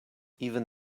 even